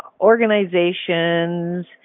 organizations